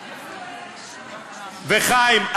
וחיים,